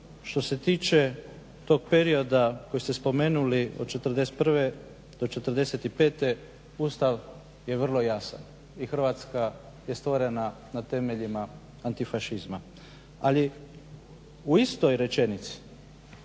što se tiče tog perioda koji ste spomenuli od '41.do '45. Ustav je vrlo jasan i Hrvatska je stvorena na temeljima antifašizma. Ali u istoj rečenici